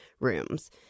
rooms